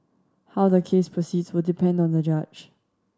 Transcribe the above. how the case proceeds will depend on the judge